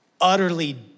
utterly